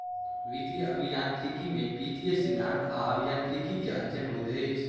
वित्तीय अभियांत्रिकी में वित्तीय सिद्धांत आ अभियांत्रिकी के अध्ययन होइत अछि